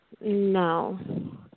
No